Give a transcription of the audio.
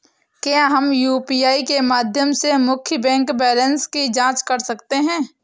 क्या हम यू.पी.आई के माध्यम से मुख्य बैंक बैलेंस की जाँच कर सकते हैं?